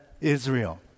Israel